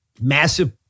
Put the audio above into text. massive